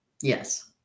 Yes